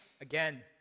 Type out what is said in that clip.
again